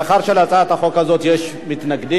מאחר שלהצעת החוק הזאת יש מתנגדים,